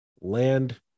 land